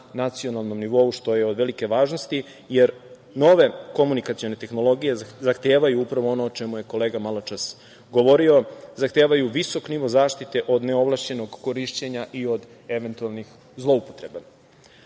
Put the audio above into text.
nacionalnom nivou, što je od velike važnosti, jer nove komunikacione tehnologije zahtevaju upravo ono o čemu je kolega maločas govorio, zahtevaju visok nivo zaštite od neovlašćenog korišćenja i od eventualnih zloupotreba. Tako